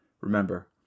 Remember